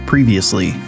Previously